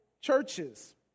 churches